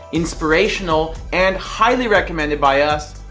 inspirational, and highly recommended by us.